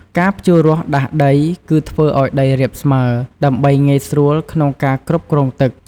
ការភ្ជូររាស់ដាស់ដីគឺ ធ្វើឱ្យដីរាបស្មើដើម្បីងាយស្រួលក្នុងការគ្រប់គ្រងទឹក។